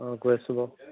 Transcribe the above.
অ গৈ আছোঁ বাৰু